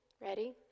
Ready